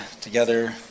together